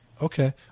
Okay